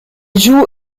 joue